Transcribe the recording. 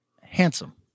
handsome